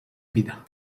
vida